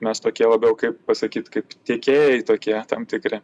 mes tokie labiau kaip pasakyt kaip tiekėjai tokie tam tikri